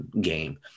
game